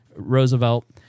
Roosevelt